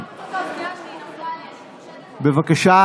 אני